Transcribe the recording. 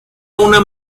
una